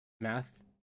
math